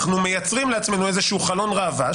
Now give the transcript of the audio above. אנחנו מייצרים לעצמנו איזה חלון ראווה,